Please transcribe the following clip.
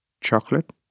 chocolate